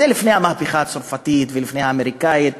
זה לפני המהפכה הצרפתית ולפני האמריקנית